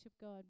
god